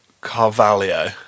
Carvalho